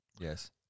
Yes